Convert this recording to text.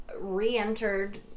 re-entered